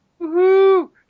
woohoo